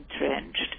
entrenched